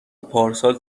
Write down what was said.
پارسال